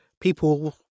people